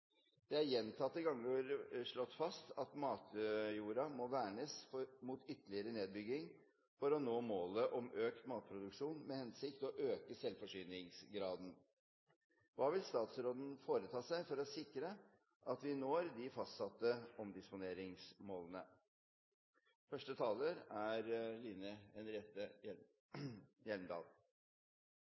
det er i disse regionene at også utbyggingspresset øker mest.» Det er vi helt enig i. Og hun skriver: «Det er gjentatte ganger slått fast at matjorda må vernes mot ytterligere nedbygging, for å nå målet om økt matproduksjon med hensikt å øke selvforsyningsgraden.»